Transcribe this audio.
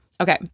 Okay